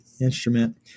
instrument